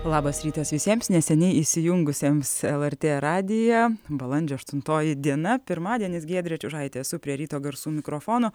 labas rytas visiems neseniai įsijungusiems lrt radiją balandžio aštuntoji diena pirmadienis giedrė čiužaitė esu prie ryto garsų mikrofono